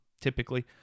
typically